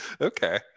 Okay